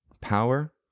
Power